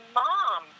mom